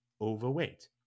overweight